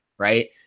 right